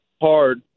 hard